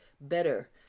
better